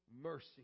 mercy